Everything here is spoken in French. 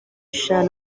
chat